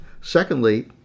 Secondly